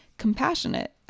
Compassionate